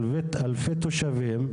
אלפי תושבים,